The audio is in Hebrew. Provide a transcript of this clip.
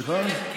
סליחה?